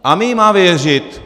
A my jí máme věřit?